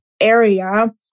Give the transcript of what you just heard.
area